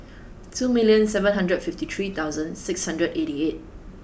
two million seven hundred fifty three thousand six hundred eighty eight